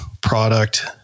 Product